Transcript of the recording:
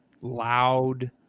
loud